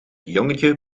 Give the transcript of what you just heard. jongetje